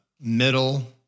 middle